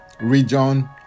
region